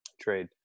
trade